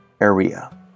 area